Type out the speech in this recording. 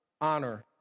honor